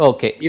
Okay